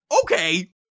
okay